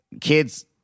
kids